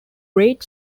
greater